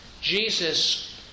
Jesus